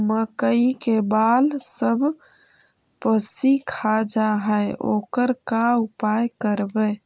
मकइ के बाल सब पशी खा जा है ओकर का उपाय करबै?